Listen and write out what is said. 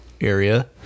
area